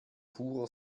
purer